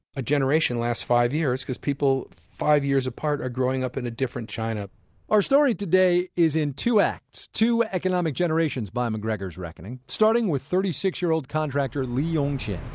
a generation lasts five years because people five years apart are growing up in a different china our story today is in two acts, two economic generations by mcgregor's reckoning. starting with thirty six year old contractor li yong qin.